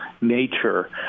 nature